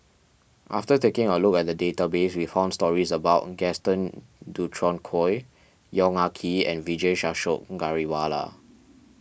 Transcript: after taking a look at the database we found stories about Gaston Dutronquoy Yong Ah Kee and Vijesh Ashok Ghariwala